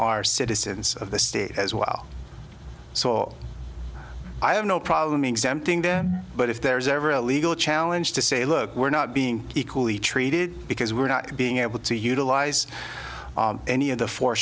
are citizens of the state as well so i have no problem exempting them but if there is ever a legal challenge to say look we're not being equally treated because we're not being able to utilize any of the four